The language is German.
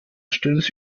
stilles